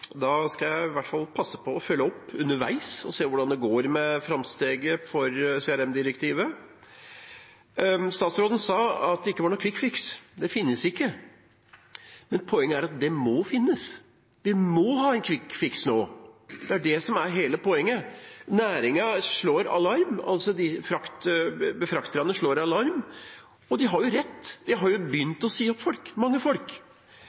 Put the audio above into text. Da skal jeg i hvert fall passe på å følge opp underveis og se hvordan det går med framsteget for CRM-direktivet. Statsråden sa at det ikke var noen kvikkfiks, det finnes ikke. Men poenget er at det må finnes, vi må ha en kvikkfiks nå. Det er det som er hele poenget. Næringen slår alarm – befrakterne slår alarm. Og de har jo rett, de har begynt å si opp folk – mange folk.